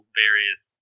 various